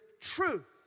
truth